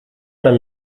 man